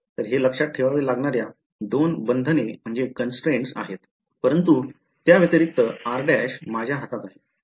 तर हे लक्षात ठेवावे लागणार्या 2 बंधने आहेत परंतु त्या व्यतिरिक्त r' माझ्या हातात आहे